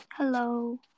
Hello